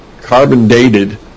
carbon-dated